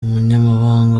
umunyamabanga